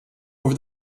over